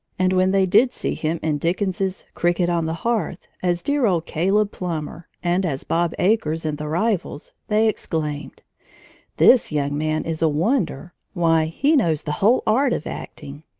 and when they did see him in dickens's cricket on the hearth, as dear old caleb plummer, and as bob acres in the rivals, they exclaimed this young man is a wonder! why, he knows the whole art of acting!